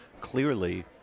clearly